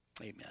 amen